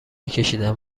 کشیدند